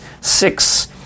six